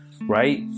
right